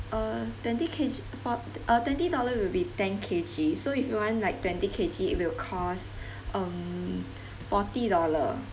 uh twenty K_G for uh twenty dollar will be ten K_G so if you want like twenty K_G it will cost um forty dollar